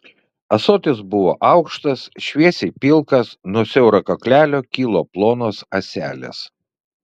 ąsotis buvo aukštas šviesiai pilkas nuo siauro kaklelio kilo plonos ąselės